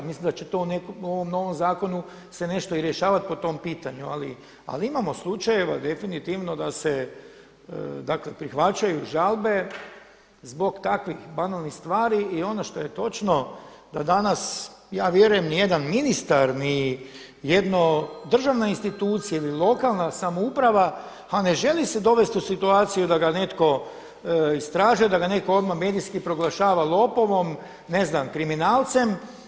Mislim da će se to u ovom novom zakonu se nešto i rješavati po tom pitanju, ali imamo slučajeva definitivno da se prihvaćaju žalbe zbog takvih banalnih stvari i ono što je točno da danas ja vjerujem nijedan ministar, ni jedna državna institucija ili lokalna samouprava ne želi se dovesti u situaciju da ga netko istražuje, da ga neto odmah medijski proglašava lopovom, ne znam, kriminalcem.